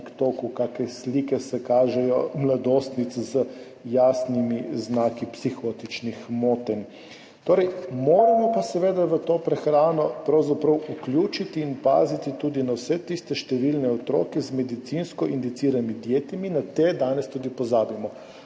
kakšne slike se kažejo, mladostnice z jasnimi znaki psihotičnih motenj. Moramo pa seveda v to prehrano pravzaprav vključiti in paziti tudi na vse tiste številne otroke z medicinsko indiciranimi dietami, na te danes tudi pozabimo,